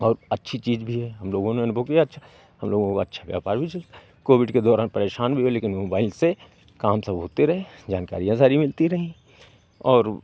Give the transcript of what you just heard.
और अच्छी चीज़ भी है लोगों ने अनुभव किया अच्छा और लोगों का अच्छा तो कोविड के दौरान परेशान भी हुए लेकिन मोबाइल से काम सब होते रहे जानकारियाँ सारी मिलती रही और